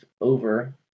over